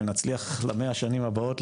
אם נצליח למאה שנים הבאות,